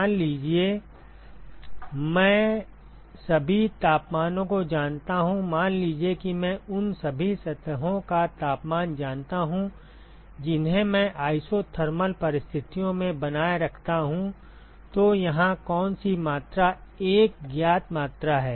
मान लीजिए कि मैं सभी तापमानों को जानता हूं मान लीजिए कि मैं उन सभी सतहों का तापमान जानता हूं जिन्हें मैं isothermal परिस्थितियों में बनाए रखता हूं तो यहां कौन सी मात्रा एक ज्ञात मात्रा है